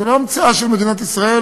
זו לא המצאה של מדינת ישראל,